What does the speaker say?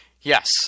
Yes